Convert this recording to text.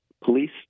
police